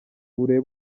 urebe